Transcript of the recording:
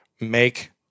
Make